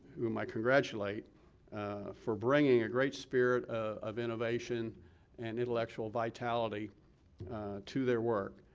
whom i congratulate for bringing a great spirit of innovation and intellectual vitality to their work.